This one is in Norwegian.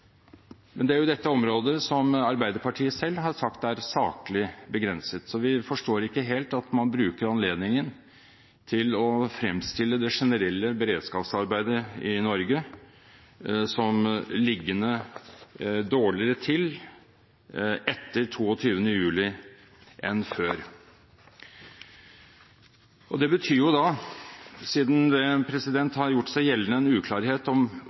Men det er jo dette området som Arbeiderpartiet selv har sagt er saklig begrenset, så vi forstår ikke helt at man bruker anledningen til å fremstille det generelle beredskapsarbeidet i Norge som dårligere etter 22. juli enn før. Det betyr jo da – siden det har gjort seg gjeldende en uklarhet om